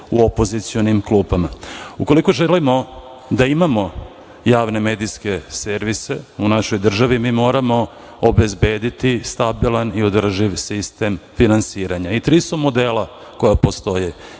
u opozicionim klupama. Ukoliko želimo da imamo javne medijske servise u našoj državi mi moramo obezbediti stabilan i održiv sistem finansiranja. Tri su modela koja postoje.